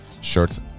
shirts